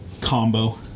combo